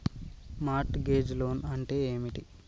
Mart gauge loan అంటే ఏమిటి?